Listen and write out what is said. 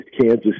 Kansas